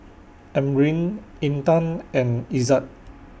Amrin Intan and Izzat